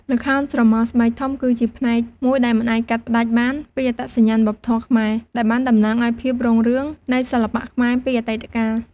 ល្ខោនស្រមោលស្បែកធំគឺជាផ្នែកមួយដែលមិនអាចកាត់ផ្ដាច់បានពីអត្តសញ្ញាណវប្បធម៌ខ្មែរ ដែលបានតំណាងឲ្យភាពរុងរឿងនៃសិល្បៈខ្មែរពីអតីតកាល។